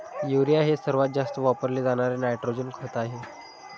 urea हे सर्वात जास्त वापरले जाणारे नायट्रोजन खत आहे